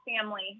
family